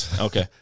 Okay